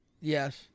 Yes